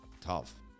Tough